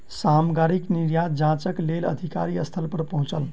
सामग्री निर्यात जांचक लेल अधिकारी स्थल पर पहुँचल